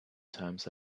times